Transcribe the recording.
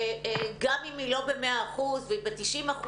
גם אם היא לא במאה אחוז והיא ב-90%,